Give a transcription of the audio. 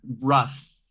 rough